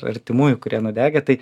artimųjų kurie nudegę tai